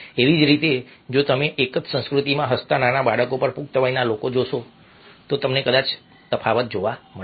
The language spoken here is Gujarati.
એવી જ રીતે જો તમે એક જ સંસ્કૃતિમાં હસતાં નાના બાળકો અને પુખ્ત વયના લોકોને જોશો તો કદાચ તમને તફાવત જોવા મળશે